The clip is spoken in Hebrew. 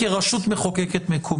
ברחל בתך הקטנה.